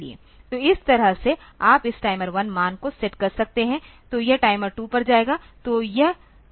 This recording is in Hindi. तो इस तरह से आप इस टाइमर 1 मान को सेट कर सकते हैं तो यह टाइमर 2 पर जाएगा